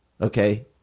okay